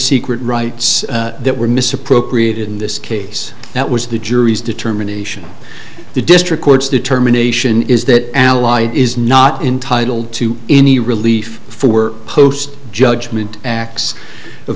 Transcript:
secret rights that were misappropriated in this case that was the jury's determination the district court's determination is that allied is not entitled to any relief for were post judgment acts of